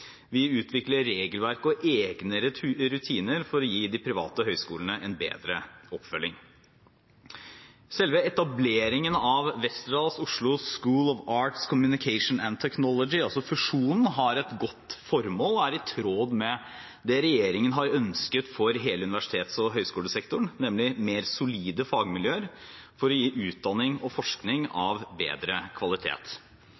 Vi utvikler regelverk og egne rutiner for å gi de private høyskolene en bedre oppfølging. Selve etableringen av Westerdals Oslo School of Arts, Communication and Technology – altså fusjonen – har et godt formål og er i tråd med det regjeringen har ønsket for hele universitets- og høyskolesektoren, nemlig mer solide fagmiljøer for å gi utdanning og forskning